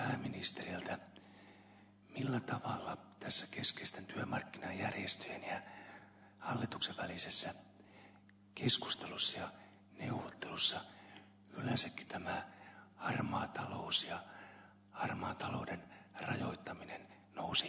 millä tavalla tässä keskeisten työmarkkinajärjestöjen ja hallituksen välisessä keskustelussa ja neuvottelussa yleensäkin tämä harmaa talous ja harmaan talouden rajoittaminen nousi